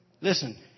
listen